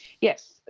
Yes